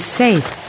safe